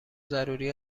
ضروری